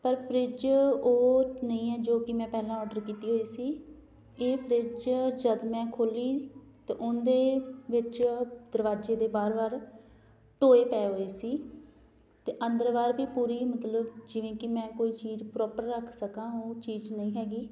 ਪਰ ਫਰਿੱਜ ਉਹ ਨਹੀਂ ਜੋ ਕੀ ਮੈਂ ਪਹਿਲਾਂ ਔਡਰ ਕੀਤੀ ਹੋਈ ਸੀ ਇਹ ਫਰਿੱਜ ਜਦ ਮੈਂ ਖੋਲੀ ਤਾਂ ਉਹਦੇ ਵਿੱਚ ਦਰਵਾਜ਼ੇ ਦੇ ਬਾਹਰ ਬਾਹਰ ਟੋਏ ਪਏ ਹੋਏ ਸੀ ਅਤੇ ਅੰਦਰ ਬਾਹਰ ਵੀ ਪੂਰੀ ਮਤਲਬ ਜਿਵੇਂ ਕਿ ਮੈਂ ਕੋਈ ਚੀਜ਼ ਪ੍ਰੋਪਰ ਰੱਖ ਸਕਾਂ ਉਹ ਚੀਜ਼ ਨਹੀਂ ਹੈਗੀ